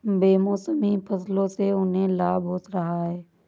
बेमौसमी फसलों से उन्हें लाभ हो रहा है